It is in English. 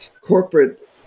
corporate